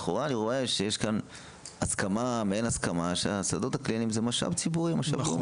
לכאורה אני רואה שיש כאן מעין הסכמה שהשדות הקליניים הם משאב לאומי.